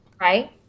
right